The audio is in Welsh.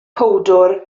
powdwr